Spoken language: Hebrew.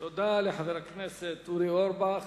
תודה לחבר הכנסת אורי אורבך.